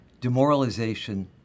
demoralization